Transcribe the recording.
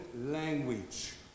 language